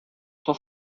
хто